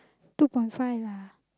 two point five lah